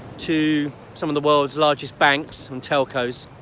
to some of the world's largest banks and telcos,